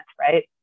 right